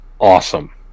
awesome